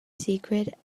secret